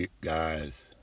guys